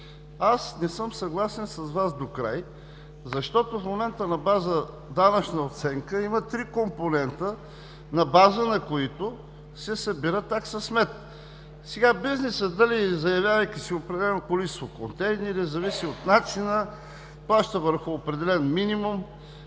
Аз не съм съгласен с Вас докрай, защото в момента на база данъчна оценка има три компонента, на база на които се събира такса смет. Бизнесът дали, заявявайки си определено количество контейнери, зависи от начина, плаща върху определен минимум